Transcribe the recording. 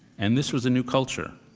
and this was a new culture.